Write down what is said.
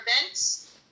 events